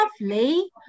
lovely